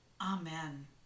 Amen